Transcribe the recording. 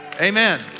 Amen